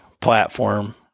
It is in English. platform